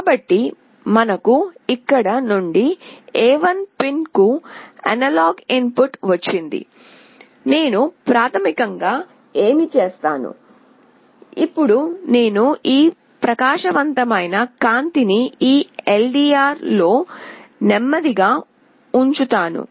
కాబట్టి మనకు ఇక్కడ నుండి A1 పిన్కు అనలాగ్ ఇన్పుట్ వచ్చింది నేను ప్రాథమికంగా ఏమి చేస్తాను ఇప్పుడు నేను ఈ ప్రకాశవంతమైన కాంతిని ఈ LDR లో నెమ్మదిగా ఉంచుతాను